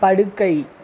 படுக்கை